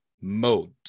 mode